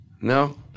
No